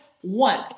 One